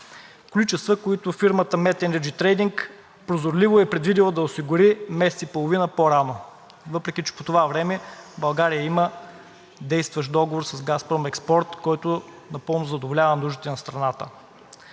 количества, които фирмата „МЕТ Енерджи Трейдинг“ прозорливо е предвидила да осигури месец и половина по-рано, въпреки че по това време България има действащ договор с „Газпром Експорт“, който напълно задоволява нуждите на страната.